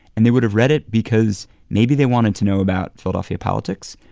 and they would have read it because maybe they wanted to know about philadelphia politics.